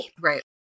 Right